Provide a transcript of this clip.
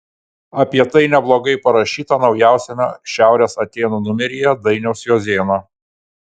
apie tai neblogai parašyta naujausiame šiaurės atėnų numeryje dainiaus juozėno